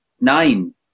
Nine